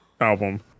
album